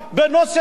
אדוני היושב-ראש.